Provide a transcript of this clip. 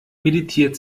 meditiert